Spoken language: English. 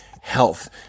health